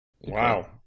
Wow